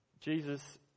jesus